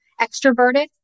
extroverted